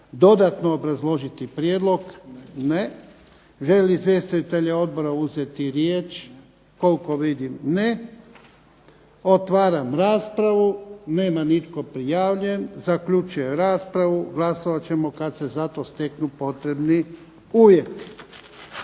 dodatno obrazložiti prijedlog? Ne. Želi li izvjestitelj Odbora uzeti riječ? KOLIKO vidim ne. Otvaram raspravu. Nema nitko prijavljen. Zaključujem raspravu. Glasovat ćemo kada se za to steknu potrebni uvjeti.